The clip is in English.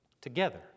Together